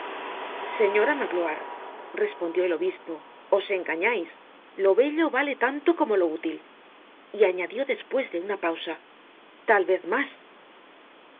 señora magloire respondió el obispo os engañais lo bello vale tanto como lo útil y añadió despues de una pausa tal vez mas